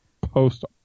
post